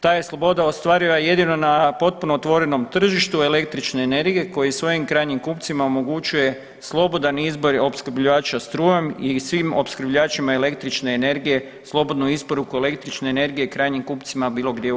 Ta je sloboda ostvariva jedino na potpuno otvorenom tržištu električne energije koji svojim krajnjim kupcima omogućuje slobodan izbor opskrbljivača strujom i svim opskrbljivačima električne energije slobodnu isporuku električne energije krajnjim kupcima bilo gdje u EU.